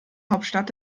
hauptstadt